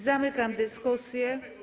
Zamykam dyskusję.